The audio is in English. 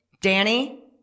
Danny